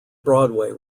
broadway